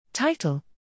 Title